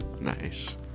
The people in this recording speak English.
Nice